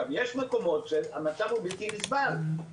יש מקומות שבהם המצב בלתי נסבל.